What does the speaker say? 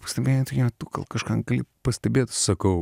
pastūmėt ją tu gal kažką gali pastebėt sakau